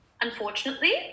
unfortunately